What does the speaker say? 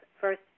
first